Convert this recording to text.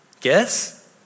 guess